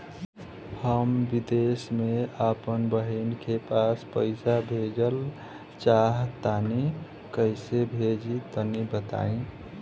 हम विदेस मे आपन बहिन के पास पईसा भेजल चाहऽ तनि कईसे भेजि तनि बताई?